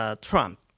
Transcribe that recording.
Trump